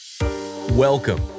Welcome